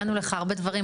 הראנו לך הרבה דברים,